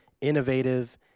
innovative